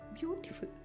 Beautiful